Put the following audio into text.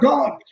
God